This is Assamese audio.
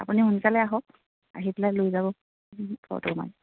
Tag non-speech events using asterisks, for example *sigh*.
আপুনি সোনকালে আহক আহি পেলাই লৈ যাব *unintelligible*